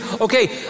okay